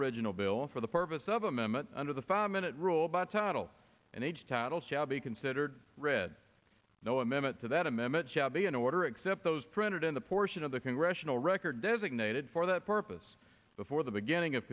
original bill for the purpose of amendment under the five minute rule by title and age tattle shall be considered read no a minute to that amendment shall be in order except those printed in the portion of the congressional record designated for that purpose before the beginning of